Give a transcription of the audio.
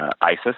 ISIS